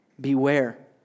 Beware